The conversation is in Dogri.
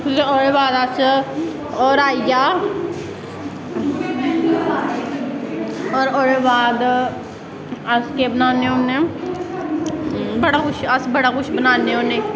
फिर ओह्दे बाद अस होर आईया और ओह्दे बाद अस केह् बनान्ने होन्ने बड़ा कुछ अस बड़ा कुछ बनान्ने होन्ने